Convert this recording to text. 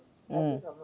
mm